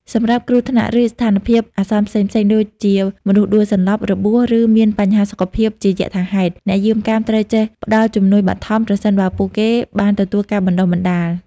សម្រាប់គ្រោះថ្នាក់ ឬស្ថានភាពអាសន្នផ្សេងៗ ដូចជាមនុស្សដួលសន្លប់ របួស ឬមានបញ្ហាសុខភាពជាយថាហេតុ អ្នកយាមកាមត្រូវចេះ ផ្តល់ជំនួយបឋម ប្រសិនបើពួកគេបានទទួលការបណ្ដុះបណ្ដាល។